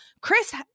chris